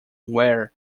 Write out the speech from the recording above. where